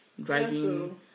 driving